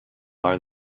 are